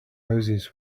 houses